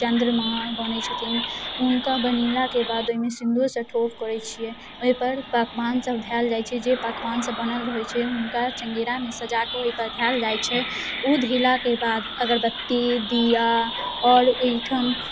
चन्द्रमा बनै छथिन हुनका बनेलाके बाद ओहिमे सिन्दूरसँ ठोप करै छिए एहिपर पकवानसब धएल जाइ छै जे पकवानसब बनल रहै छै हुनका चङ्गेरामे सजा हुनका धएल जाइ छै ओ धएलाके बाद अगरबत्ती दीआ आओर ओहिठाम